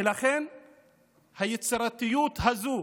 ולכן היצירתיות הזו,